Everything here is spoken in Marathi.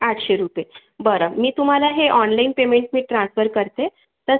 आठशे रुपये बरं मी तुम्हाला हे ऑनलाईन पेमेंट मी ट्रान्सफर करते प्लस